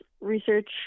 research